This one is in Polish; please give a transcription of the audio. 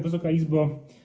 Wysoka Izbo!